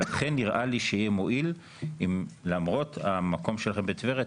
ולכן נראה לי שיהיה מועיל אם למרות המקום שלכם בטבריה,